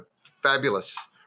fabulous